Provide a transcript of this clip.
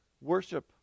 worship